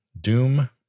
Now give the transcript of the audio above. Doom